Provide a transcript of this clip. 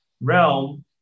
realm